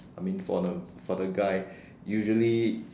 I mean for the for the guy usually